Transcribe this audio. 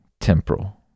temporal